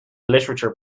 literature